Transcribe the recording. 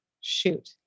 Shoot